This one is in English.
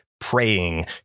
praying